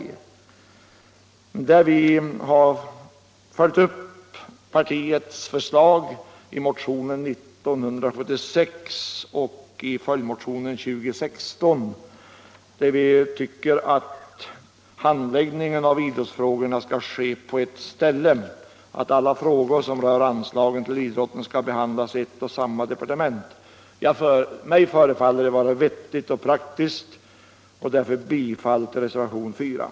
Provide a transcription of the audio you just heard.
Vi har i denna reservation följt upp partiets förslag i motionen 1975/76:2016. Vi föreslår att alla frågor som rör anslagen till idrotten skall domsorganisatio behandlas av ett och samma departement. Mig förefaller det vara vettigt och praktiskt, och därför yrkar jag bifall till reservationen 4.